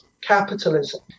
capitalism